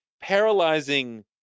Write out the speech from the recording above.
paralyzing